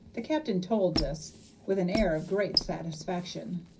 the captain told this with an air of great satisfaction,